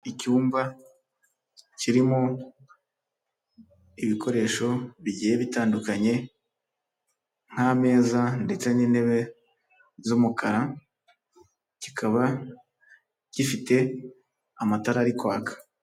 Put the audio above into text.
Icyumba kirimo ibikoresho bigiye bitandukanye nk'ameza ndetse n'intebe z'umukara, kikaba gifite amatara ari kwaka.